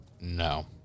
No